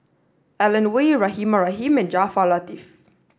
Alan Oei Rahimah Rahim and Jaafar Latiff